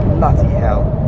bloody hell.